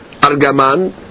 Argaman